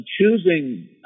choosing